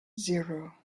zero